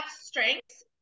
strengths